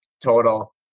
total